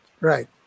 Right